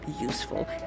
useful